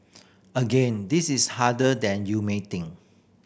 again this is harder than you may think